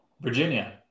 Virginia